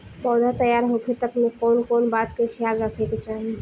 पौधा तैयार होखे तक मे कउन कउन बात के ख्याल रखे के चाही?